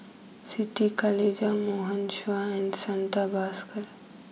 Siti Khalijah Morgan Chua and Santha Bhaskar